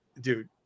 dude